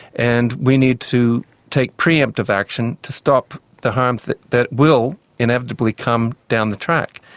and we need to take pre-emptive action to stop the harms that that will inevitably come down the track.